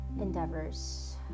endeavors